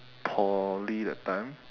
poly that time